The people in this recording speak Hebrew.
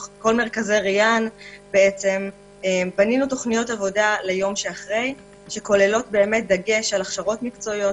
בנינו תוכניות עבודה ליום שאחרי שכוללות דגש על הכשרות מקצועיות